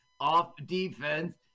off-defense